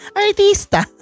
artista